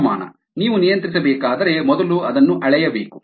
ತಾಪಮಾನ ನೀವು ನಿಯಂತ್ರಿಸಬೇಕಾದರೆ ಮೊದಲು ಅದನ್ನು ಅಳೆಯಬೇಕು